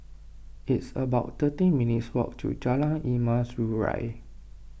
it's about thirteen minutes' walk to Jalan Emas Urai